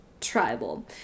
tribal